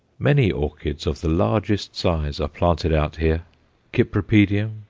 many orchids of the largest size are planted out here cypripedium,